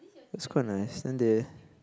that's quite nice then they